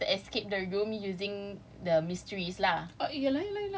the objective is just to escape the game room using the mysteries lah